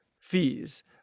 fees